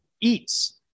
eats